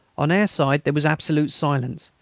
on our side there was absolute silence.